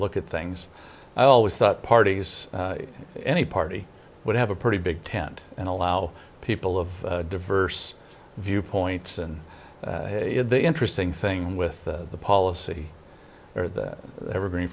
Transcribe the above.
look at things i always thought parties any party would have a pretty big tent and allow people of diverse viewpoints and the interesting thing with the policy or the evergreen